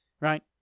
Right